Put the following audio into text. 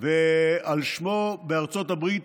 ועל שמו בארצות הברית